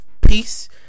peace